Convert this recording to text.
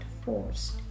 forced